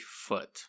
foot